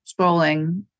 scrolling